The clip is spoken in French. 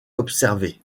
observée